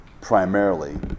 primarily